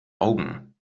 augen